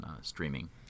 streaming